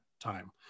time